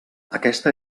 aquesta